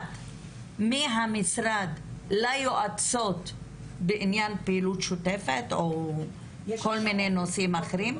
מיוחד מהמשרד ליועצות בעניין פעילות שוטפת או כל מיני נושאים אחרים?